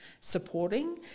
supporting